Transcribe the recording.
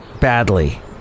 Badly